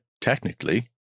technically